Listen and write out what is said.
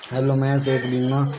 hello ਮੈਂ ਸਿਹਤ ਬੀਮਾ